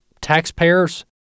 taxpayers